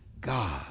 God